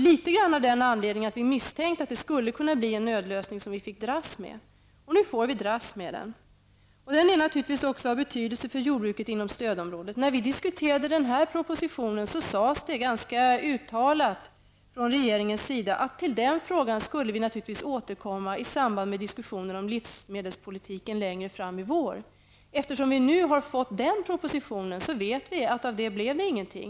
Vi var emot den därför att vi misstänkte att det skulle kunna bli en nödlösning som vi fick dras med, och nu får vi dras med den. Den är naturligtvis också av betydelse för jordbruket inom stödområdet. När vi diskuterade den här propositionen sades det ganska uttalat från regeringen att vi naturligtvis skulle återkomma till den här frågan i samband med diskussionen om livsmedelspolitiken längre fram i vår. Eftersom vi nu har fått den propositionen vet vi att det blev ingenting av detta.